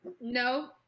No